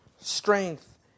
strength